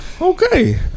Okay